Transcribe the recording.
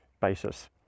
basis